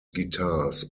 guitars